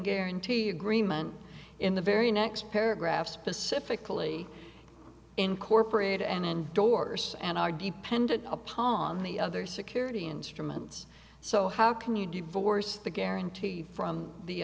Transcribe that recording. guarantee agreement in the very next paragraph specifically incorporated and endorse and are dependent upon the other security instruments so how can you voice the guarantee from the